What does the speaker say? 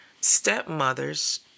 stepmothers